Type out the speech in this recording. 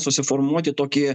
susiformuoti tokį